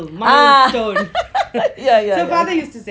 ah yeah yeah yeah